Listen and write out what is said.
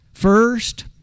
First